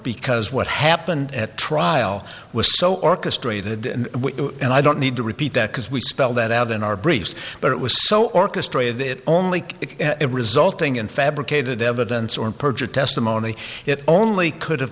because what happened at trial was so orchestrated and i don't need to repeat that because we spell that out in our briefs but it was so orchestrated it only resulting in fabricated evidence or perjured testimony it only could